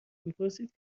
میپرسید